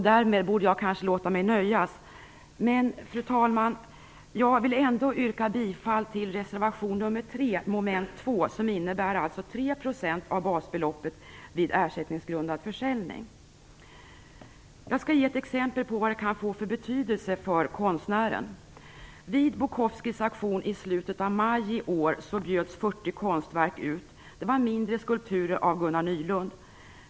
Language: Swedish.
Därmed borde jag kanske låta mig nöja, men jag vill ändå, fru talman, yrka bifall till reservation nr 3, mom. 2, som innebär 3 % av basbeloppet vid ersättningsgrundad försäljning. Jag skall ge ett exempel på vad det kan få för betydelse för konstnären. Vid Bukowskis auktion i slutet av maj i år bjöds 40 konstverk ut. Det var mindre skulpturer av Gunnar Nylund.